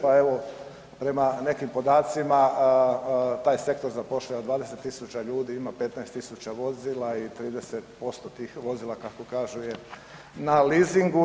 Pa evo prema nekim podacima taj sektor zapošljava 20.000, ima 15.000 vozila i 30% tih vozila kako kažu je na lizingu.